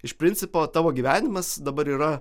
iš principo tavo gyvenimas dabar yra